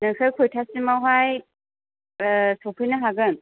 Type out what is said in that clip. नोंसोर खयथासिमावहाय सौफैनो हागोन